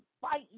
fight